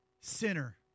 sinner